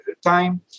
time